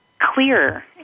clear